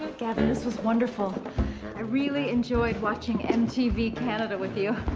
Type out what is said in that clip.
gavin, this was wonderful. i really enjoyed watching mtv canada with you.